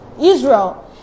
Israel